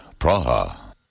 Praha